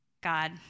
God